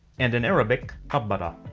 and in arabic, qabara.